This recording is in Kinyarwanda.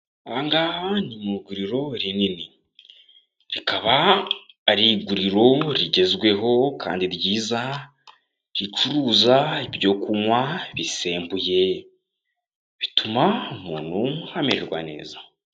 Aha ngaha ni mu iguriro rinini rikaba ari iguriro rigezweho kandi ryiza ricuruza ibyo kunywa bisembuye, bituma umuntu amererwa neza.